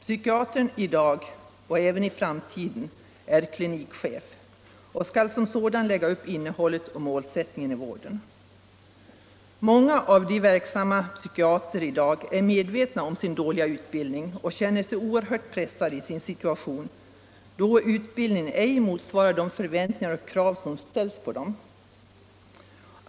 Psykiatern i dag — och även i framtiden — är klinikchef och skall som sådan ange innehållet och målsättningen i vården. Många av de i dag verksamma psykiaterna är medvetna om sin dåliga utbildning och känner sig oerhört pressade i sin situation, då deras utbildning ej motsvarar de förväntningar och krav som ställs.